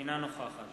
אינה נוכחת